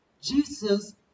Jesus